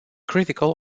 critical